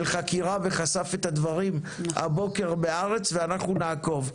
חקירה וחשף את הדברים הבוקר ב"הארץ" ואנחנו נעקוב.